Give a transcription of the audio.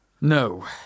No